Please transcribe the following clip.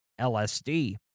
LSD